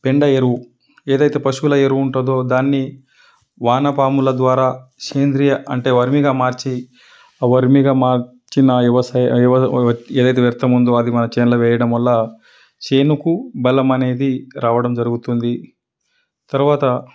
పెండ ఎరువు ఏదైతే పశువుల ఎరువు ఉంటుందో దాన్ని వానపాముల ద్వారా సేంద్రియ అంటే వర్మీగా మార్చి ఆ వర్మీగా మార్చిన వ్యవసాయ ఎవరు ఏదైతే వ్యర్థం ఉందో అది మన చేనులో వేయడం వల్ల చేనుకు బలం అనేది రావడం జరుగుతుంది తరువాత